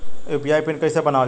UPI PIN कइसे बनावल जाला?